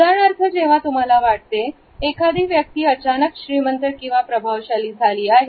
उदाहरणार्थ जेव्हा तुम्हाला वाटते एखादी व्यक्ती अचानक श्रीमंत किंवा प्रभावशाली झाली आहे